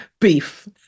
beef